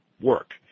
work